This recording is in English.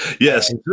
Yes